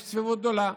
יש צפיפות גדולה.